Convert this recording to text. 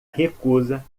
recusa